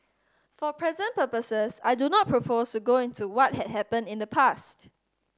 for present purposes I do not propose to go into what had happened in the past